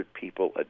people